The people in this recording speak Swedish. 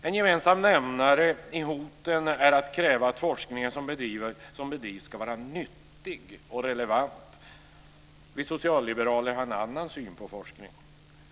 En gemensam nämnare i hoten är att kräva att forskningen som bedrivs ska vara nyttig och relevant. Vi socialliberaler har en annan syn på forskning.